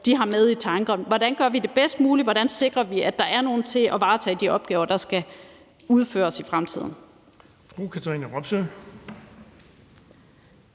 har med i overvejelserne, hvordan man gør det bedst muligt, og hvordan man sikrer, at der er nogle til at varetage de opgaver, der skal udføres i fremtiden.